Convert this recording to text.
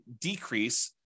decrease